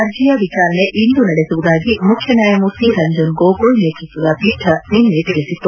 ಅರ್ಜಿಯ ವಿಚಾರಣೆ ಇಂದು ನಡೆಸುವುದಾಗಿ ಮುಖ್ಯ ನ್ಯಾಯಮೂರ್ತಿ ರಂಜನ್ ಗೊಗೋಯ್ ನೇತ್ಪತ್ವದ ಪೀಠ ನಿನ್ನೆ ತಿಳಿಸಿತ್ತು